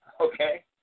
Okay